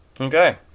Okay